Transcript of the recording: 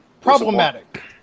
Problematic